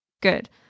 good